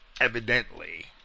evidently